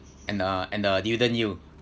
and uh and uh dividend yield